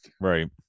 right